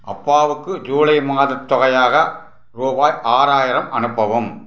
அப்பாவுக்கு ஜூலை மாதத் தொகையாக ரூபாய் ஆறாயிரம் அனுப்பவும்